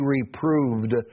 reproved